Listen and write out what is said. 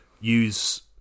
use